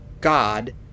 God